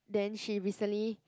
then she recently